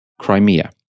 Crimea